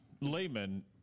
layman